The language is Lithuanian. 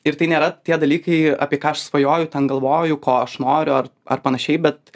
ir tai nėra tie dalykai apie ką aš svajoju ten galvoju ko aš noriu ar ar panašiai bet